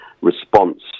response